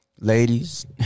Ladies